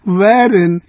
wherein